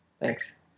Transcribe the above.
Thanks